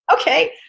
Okay